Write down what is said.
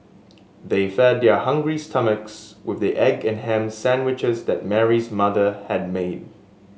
they fed their hungry stomachs with the egg and ham sandwiches that Mary's mother had made